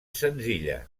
senzilla